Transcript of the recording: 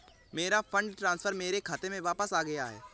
मेरा fund transfer मेरे खाते में वापस आ गया है